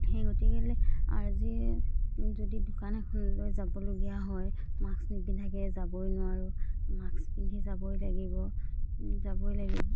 সেই গতিকেলৈ আজি যদি দোকান এখনলৈ যাবলগীয়া হয় মাক্স নিপিন্ধাকৈ যাবই নোৱাৰোঁ মাক্স পিন্ধি যাবই লাগিব যাবই লাগিব